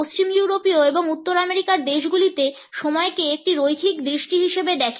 পশ্চিম ইউরোপীয় এবং উত্তর আমেরিকার দেশগুলি সময়কে একটি রৈখিক দৃষ্টি হিসাবে দেখে